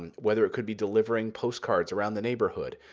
and whether it could be delivering postcards around the neighborhood.